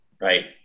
Right